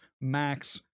max